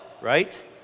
right